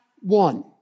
one